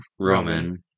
Roman